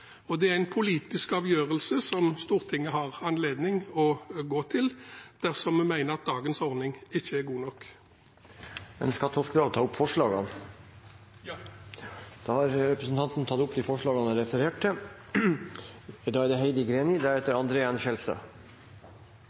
Det er en politisk avgjørelse som Stortinget har anledning til å ta dersom vi mener at dagens ordning ikke er god nok. Jeg tar opp forslagene vi er med på i saken. Representanten Geir Sigbjørn Toskedal har tatt opp de forslagene han refererte til. Historien vi har